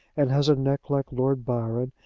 and has a neck like lord byron,